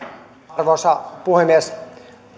arvoisa puhemies